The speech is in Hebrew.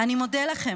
"אני מודה לכם,